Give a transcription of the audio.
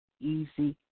easy